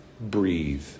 breathe